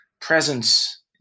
presence